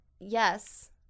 yes